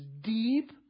deep